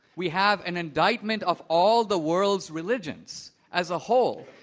we have an indictment of all the world's religions as a whole.